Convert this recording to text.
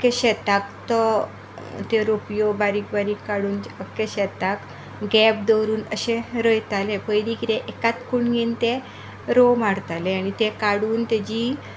अख्खे ते शेताक त्यो रोपयो बारीक बारीक काडून अख्खे शेताक गॅप दवरून अशे रोयताले पयलीं कितें एकाच कुणगेन ते रोव मारताले आनी ते काडून ताजी